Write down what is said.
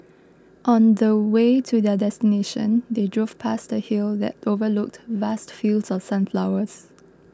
on the way to their destination they drove past a hill that overlooked vast fields of sunflowers